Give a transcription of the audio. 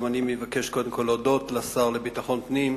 גם אני מבקש קודם כול להודות לשר לביטחון פנים,